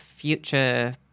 future